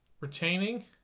Retaining